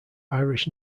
irish